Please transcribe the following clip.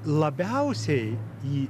labiausiai į